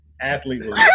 Athlete